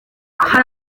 hari